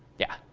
yeah?